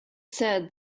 said